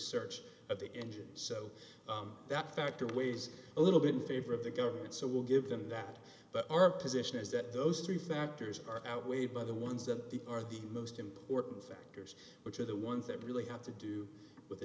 the engine so that factor weighs a little bit in favor of the government so we'll give them that but our position is that those three factors are outweighed by the ones that are the most important factors which are the ones that really have to do with the